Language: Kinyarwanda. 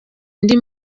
indi